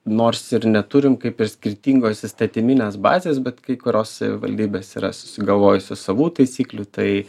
nors ir neturim kaip ir skirtingos įstatyminės bazės bet kai kurios savivaldybės yra susigalvojusios savų taisyklių tai